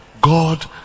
God